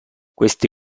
queste